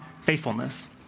faithfulness